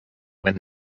when